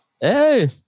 Hey